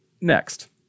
next